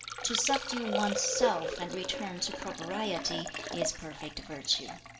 to subdue one's self and return to propriety, is perfect virtue.